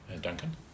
Duncan